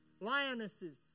lionesses